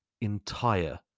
entire